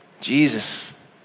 Jesus